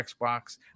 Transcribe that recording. Xbox